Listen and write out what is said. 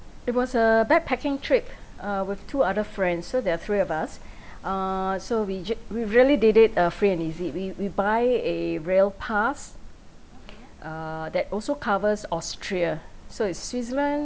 it was a backpacking trip uh with two other friends so there are three of us uh so we j~ we we really did it uh free and easy we we buy a rail pass uh that also covers austria so it's switzerland